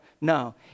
No